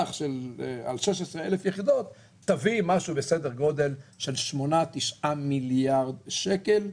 השטח על 16,000 יחידות תביא סדר גודל של 9-8 מיליארד שקל.